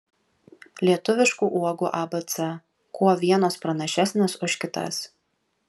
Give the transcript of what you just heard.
lietuviškų uogų abc kuo vienos pranašesnės už kitas